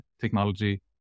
Technology